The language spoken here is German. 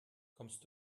kommst